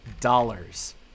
dollars